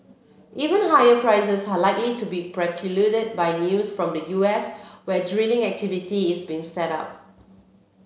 even higher prices are likely to be precluded by news from the U S where drilling activity is being up